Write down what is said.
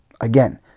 Again